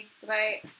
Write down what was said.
Goodbye